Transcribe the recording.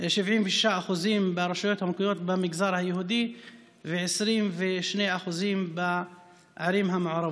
76% ברשויות המקומיות במגזר היהודי ו-22% בערים המעורבות.